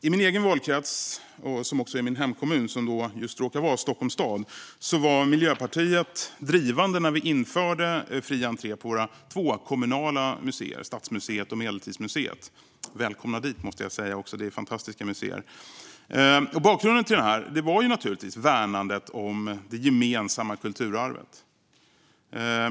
I min egen valkrets som också är min hemkommun, och som råkar vara just Stockholms stad, var Miljöpartiet drivande när vi införde fri entré på våra två kommunala museer, Stadsmuseet och Medeltidsmuseet. Välkomna dit, måste jag också säga, för det är fantastiska museer! Bakgrunden var naturligtvis värnandet av det gemensamma kulturarvet.